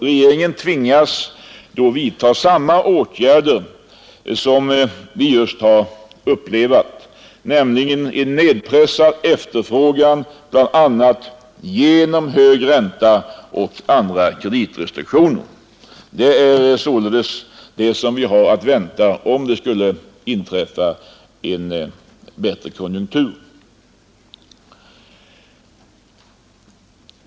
Regeringen tvingas då vidta samma åtgärder som vi just upplevat, nämligen en nedpressad efterfrågan, bl.a. genom hög ränta och andra kreditrestriktioner. Det är således det som vi har att vänta, om en bättre konjunktur skulle inträda.